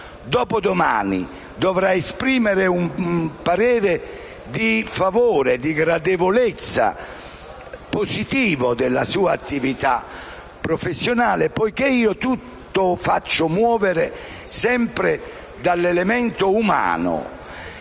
dopodomani, dovrà esprimere un parere di favore e di gradevolezza positivo della sua attività professionale. Ora, io faccio muovere tutto, sempre, dall'elemento umano,